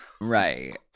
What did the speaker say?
right